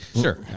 Sure